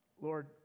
lord